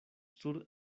sur